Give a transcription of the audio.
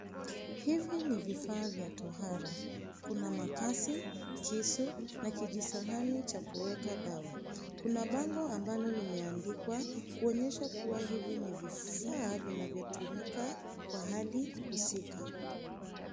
Hivi ni vifaa vya tohara. Kuna makasi, lisu na kijisahani cha kuweka dawa. Kuna bango ambalo limeandikwa kuonyesha kwamba hivi ni vifaa vinavyotumika kwa hali husika.